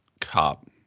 cop